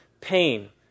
pain